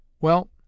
Well